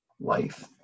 life